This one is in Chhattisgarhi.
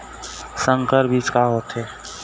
संकर बीज का होथे?